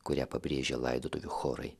kurią pabrėžė laidotuvių chorai